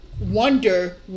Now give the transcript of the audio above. wonder